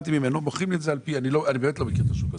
אני באמת לא מכיר את השוק הזה.